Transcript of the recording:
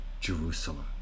Jerusalem